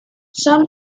some